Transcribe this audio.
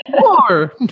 More